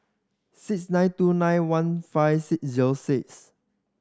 six nine two nine one five six zero six